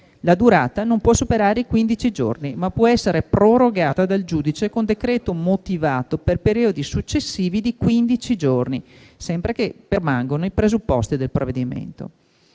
La durata non può superare i quindici giorni, ma può essere prorogata dal giudice, con decreto motivato, per periodi successivi di quindici giorni, sempre che permangano i presupposti del provvedimento.